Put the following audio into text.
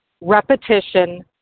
repetition